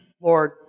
Lord